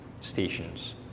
stations